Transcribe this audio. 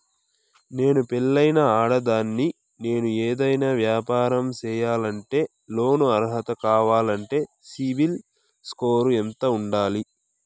నేను పెళ్ళైన ఆడదాన్ని, నేను ఏదైనా వ్యాపారం సేయాలంటే లోను అర్హత కావాలంటే సిబిల్ స్కోరు ఎంత ఉండాలి?